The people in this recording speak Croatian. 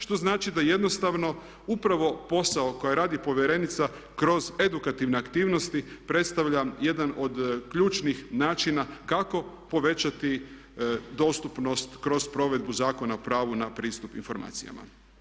Što znači da jednostavno upravo posao koji radi povjerenica kroz edukativne aktivnosti predstavlja jedan od ključnih načina kako povećati dostupnost kroz provedbu Zakona o pravu na pristup informacijama.